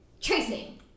Tracing